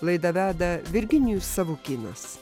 laidą veda virginijus savukynas